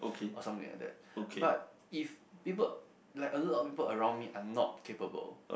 or something like but if people like a lot of people around me are not capable